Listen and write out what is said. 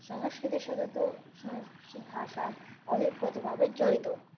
সংস্কৃতির সাথে তো সংস্কৃত ভাষা ওতপ্রোত ভাবে জড়িত